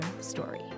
story